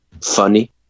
funny